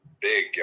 big